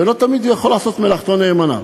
ולא תמיד הוא יכול לעשות מלאכתו נאמנה.